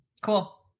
Cool